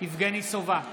יבגני סובה,